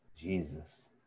Jesus